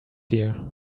here